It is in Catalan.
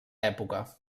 època